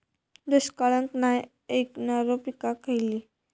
दुष्काळाक नाय ऐकणार्यो पीका खयली?